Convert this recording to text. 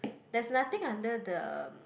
there's nothing under the